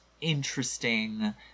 interesting